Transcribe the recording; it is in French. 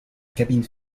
cabine